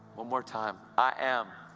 one more time i am